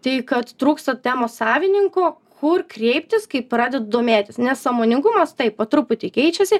tai kad trūksta temos savininko kur kreiptis kai praded domėtis nes sąmoningumas taip po truputį keičiasi